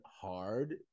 hard